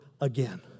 again